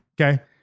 Okay